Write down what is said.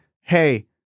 hey